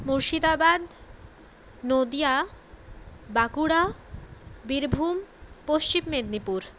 Murshidabad Nadia Bankura Birbhum Paschim Medinipur